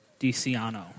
DiCiano